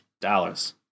dollars